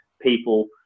people